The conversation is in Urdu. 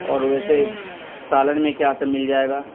اور ویسے سالن میں کیا سے مل جائے گا